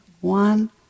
One